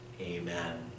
Amen